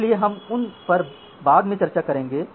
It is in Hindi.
इसलिए हम उन पर पर बाद में चर्चा करेंगे